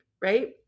right